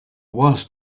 was